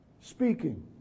Speaking